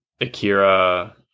Akira